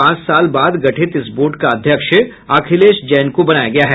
पांच साल बाद गठित इस बोर्ड का अध्यक्ष अखिलेश जैन को बनाया गया है